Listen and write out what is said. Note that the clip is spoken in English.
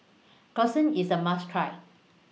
Gyudon IS A must Try